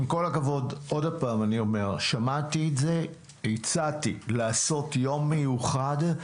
עם כל הכבוד, אני חוזר על הצעתי לעשות יום מיוחד.